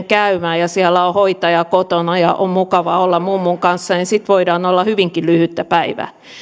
käymään ja on hoitaja kotona ja on mukava olla mummon kanssa niin sitten voidaan olla hyvinkin lyhyttä päivää